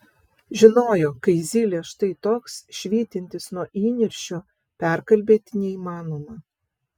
žinojo kai zylė štai toks švytintis nuo įniršio perkalbėti neįmanoma